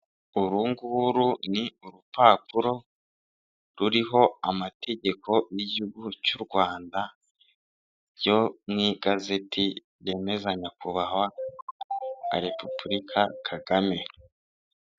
Urunguru ni urupapuro ruriho amategeko y'igihugu cy'u Rwanda, yo mu igazeti yemeza nyakubahwa perezida wa repubulika Kagame.